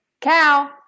Cow